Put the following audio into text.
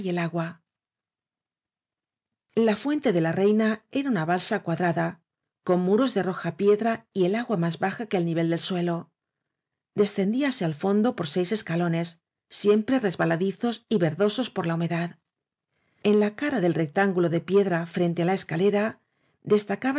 el agua la fuente de la reina era una balsa cua drada con muros de roja piedra y el agua más baja que el nivel del suelo descendíase al fondo por seis escalones siempre resbaladizos y ver dosos por la humedad en la cara del rectán gulo de piedra frente á la escalera destacábase